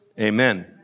Amen